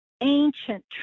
ancient